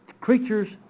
creatures